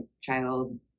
child